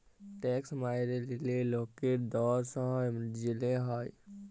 tax ম্যাইরে লিলে লকের দস হ্যয় জ্যাল হ্যয়